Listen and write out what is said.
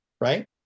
right